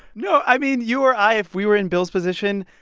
no. i mean, you or i if we were in bill's position,